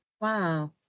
Wow